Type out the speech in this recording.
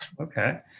Okay